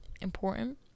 important